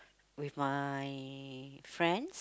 with my friends